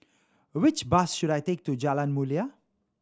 which bus should I take to Jalan Mulia